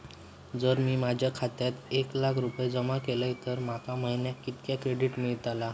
जर मी माझ्या खात्यात एक लाख रुपये जमा केलय तर माका महिन्याक कितक्या क्रेडिट मेलतला?